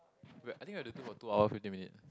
wait I think you have to do for two hour fifteen minute